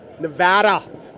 Nevada